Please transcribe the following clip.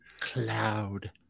cloud